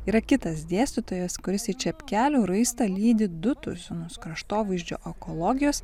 yra kitas dėstytojas kuris į čepkelių raistą lydi du tuzinus kraštovaizdžio ekologijos